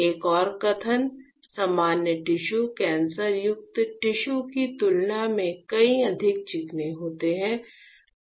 एक और कथन सामान्य टिश्यू कैंसर युक्त टिश्यू की तुलना में कहीं अधिक चिकने होते हैं